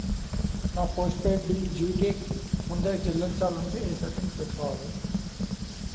నా postpaid bill due date ముందే చెల్లించాలంటే ఎ సెట్టింగ్స్ పెట్టుకోవాలి?